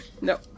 No